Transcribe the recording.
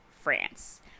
France